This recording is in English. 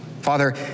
Father